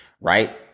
right